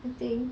I think